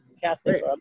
Catholic